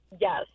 Yes